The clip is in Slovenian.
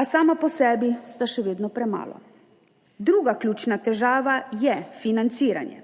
a sama po sebi sta še vedno premalo. Druga ključna težava je financiranje.